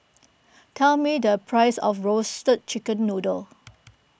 tell me the price of Roasted Chicken Noodle